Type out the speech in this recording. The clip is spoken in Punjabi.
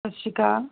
ਸਤਿ ਸ਼੍ਰੀ ਅਕਾਲ